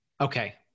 okay